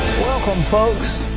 welcome, folks.